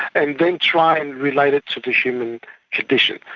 and then try and relate it to the human condition.